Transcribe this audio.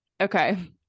Okay